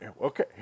okay